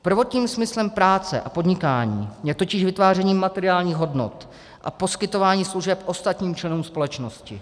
Prvotním smyslem práce a podnikání je totiž vytváření materiálních hodnot a poskytovaní služeb ostatním členům společnosti.